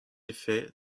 effet